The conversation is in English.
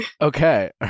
okay